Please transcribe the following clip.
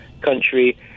country